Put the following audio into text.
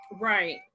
Right